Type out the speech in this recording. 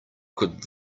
could